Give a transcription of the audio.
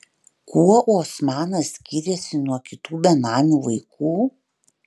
kuo osmanas skyrėsi nuo kitų benamių vaikų